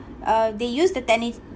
uh they use the